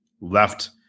left